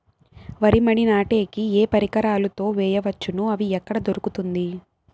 వరి మడి నాటే కి ఏ పరికరాలు తో వేయవచ్చును అవి ఎక్కడ దొరుకుతుంది?